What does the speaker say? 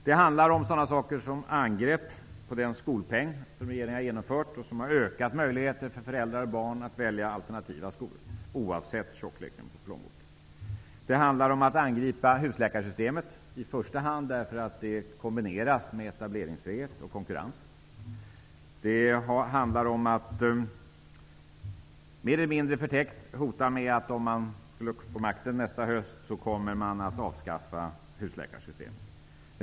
Det handlar om angrepp på den skolpeng som regeringen har genomfört. Den har ökat möjligheten för föräldrar och barn att välja alternativa skolor, oavsett tjockleken på plånboken. Det handlar om angrepp på husläkarsystemet, i första hand därför att det kombineras med etableringsfrihet och konkurrens. Mer eller mindre förtäkt hotar man med att man kommer att avskaffa husläkarsystemet om man får makten nästa höst.